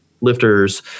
lifters